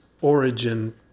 origin